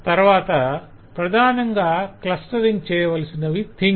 తరవాత ప్రధానంగా క్లస్టరింగ్ చేయవలసినవి థింగ్స్